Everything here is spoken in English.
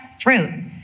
fruit